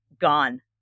gone